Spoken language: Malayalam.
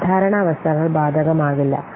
സാധാരണ അവസ്ഥകൾ ബാധകമാകില്ല